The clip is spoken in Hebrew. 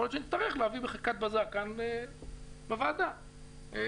יכול להיות שנצטרך להביא בחקיקת בזק כאן בוועדה תיקון.